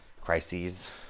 crises